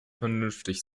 vernünftig